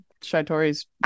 Shaitori's